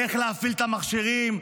איך להפעיל את המכשירים,